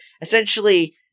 essentially